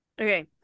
okay